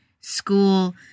school